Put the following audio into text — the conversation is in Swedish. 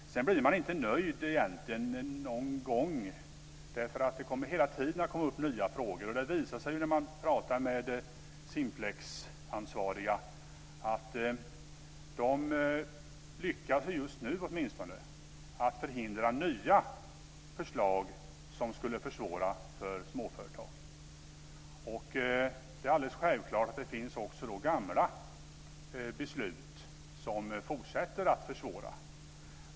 Man blir egentligen inte nöjd någon gång, därför att det kommer hela tiden upp nya frågor. Det visar sig när man pratar med Simplexansvariga att de lyckas åtminstone just nu förhindra nya förslag som skulle försvåra för småföretag. Det är självklart att det finns gamla beslut som fortsätter att försvåra.